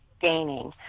gaining